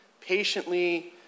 patiently